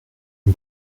une